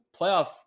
playoff